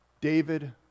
David